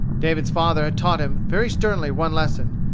david's father had taught him, very sternly, one lesson,